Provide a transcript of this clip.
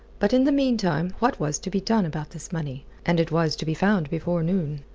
but in the meantime what was to be done about this money? and it was to be found before noon!